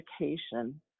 education